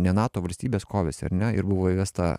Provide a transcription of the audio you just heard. ne nato valstybės kovėsi ar ne ir buvo įvesta